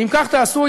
ואם כך תעשו,